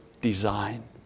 design